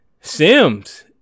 Sims